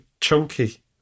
chunky